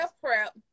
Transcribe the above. prep